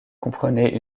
comprenait